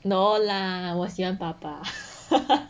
no lah 我喜欢爸爸